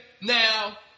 now